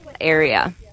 area